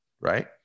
right